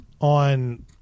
on